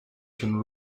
can